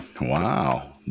Wow